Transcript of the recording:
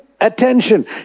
attention